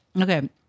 Okay